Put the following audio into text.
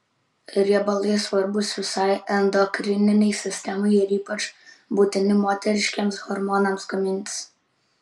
riebalai svarbūs visai endokrininei sistemai ir ypač būtini moteriškiems hormonams gamintis